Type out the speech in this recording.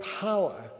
power